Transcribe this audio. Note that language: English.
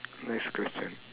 next question